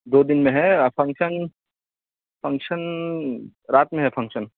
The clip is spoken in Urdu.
دو دن میں ہے فنکشن فنکشن رات میں ہے فنکشن